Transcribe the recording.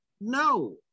No